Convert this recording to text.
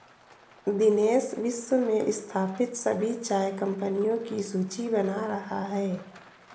दिनेश विश्व में स्थापित सभी चाय कंपनियों की सूची बना रहा है